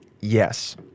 yes